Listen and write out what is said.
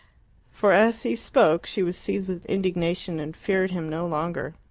for as he spoke she was seized with indignation and feared him no longer,